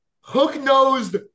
hook-nosed